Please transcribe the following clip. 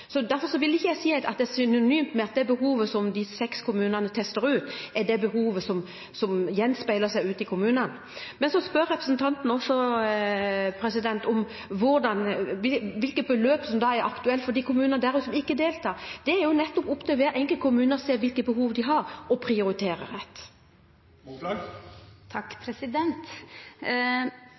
Derfor vil ikke jeg si at det behovet som de seks kommunene tester ut, er synonymt med det behovet som gjenspeiler seg ute i kommunene. Så spør representanten om hvilket beløp som er aktuelt for de kommunene der ute som ikke deltar. Det er opp til hver enkelt kommune å se hvilket behov de har, og